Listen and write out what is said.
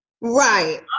Right